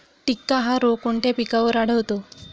टिक्का हा रोग कोणत्या पिकावर आढळतो?